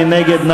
מי נגד?